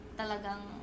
talagang